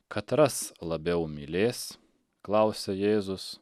katras labiau mylės klausia jėzus